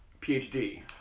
PhD